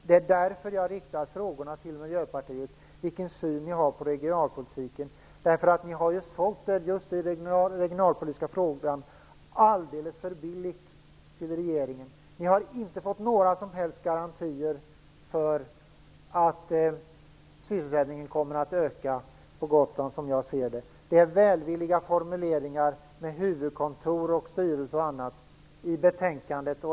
Det är därför jag frågar vilken syn Miljöpartiet har på regionalpolitiken. För just i den regionalpolitiska frågan har ni sålt er alldeles för billigt till regeringen. Som jag ser det, har ni inte fått några som helst garantier för att sysselsättningen kommer att öka på Gotland. I betänkandet och i kulturutskottets yttrande finns välvilliga formuleringar om huvudkontor, styrelse och annat.